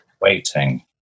waiting